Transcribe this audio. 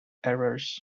errors